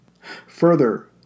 Further